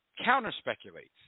counter-speculates